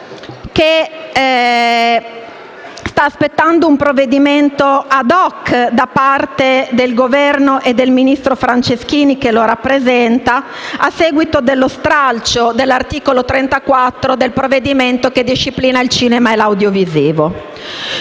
FUS sta aspettando un provvedimento *ad hoc* da parte del Governo e del ministro Franceschini che lo rappresenta, a seguito dello stralcio dell'articolo 34 del provvedimento che disciplina il cinema e l'audiovisivo.